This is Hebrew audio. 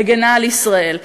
מגינה על ישראל.